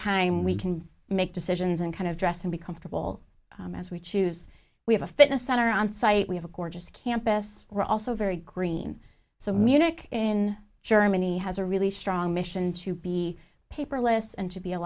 time we can make decisions and kind of dress and be comfortable as we choose we have a fitness center on site we have a gorgeous campus we're also very green so munich in germany has a really strong mission to be paperless and to be a